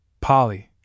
Polly